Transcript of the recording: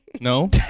No